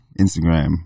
Instagram